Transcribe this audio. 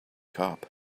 cop